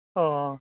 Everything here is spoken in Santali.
ᱚ